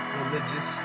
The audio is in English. religious